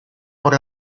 por